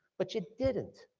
but you didn't.